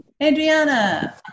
Adriana